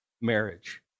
marriage